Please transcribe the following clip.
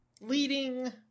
leading